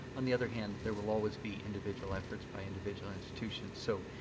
on the other hand, there will always be individual efforts by individual institutions. so,